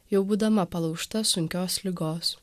jau būdama palaužta sunkios ligos